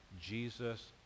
Jesus